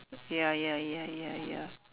ya ya ya ya ya